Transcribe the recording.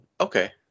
okay